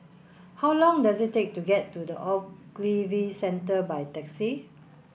how long does it take to get to The Ogilvy Centre by taxi